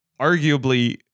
arguably